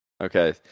Okay